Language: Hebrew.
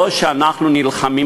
לא שאנחנו נלחמים,